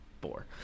four